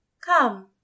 Come